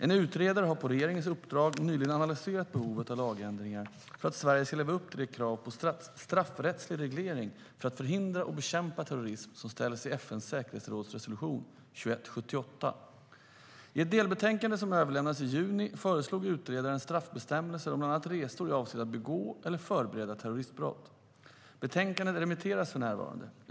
En utredare har på regeringens uppdrag nyligen analyserat behovet av lagändringar för att Sverige ska leva upp till de krav på straffrättslig reglering för att förhindra och bekämpa terrorism som ställs i FN:s säkerhetsråds resolution 2178. I ett delbetänkande som överlämnades i juni föreslog utredaren straffbestämmelser om bland annat resor i avsikt att begå eller förbereda terroristbrott. Betänkandet remitteras för närvarande.